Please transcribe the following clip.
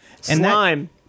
Slime